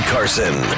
Carson